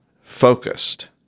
focused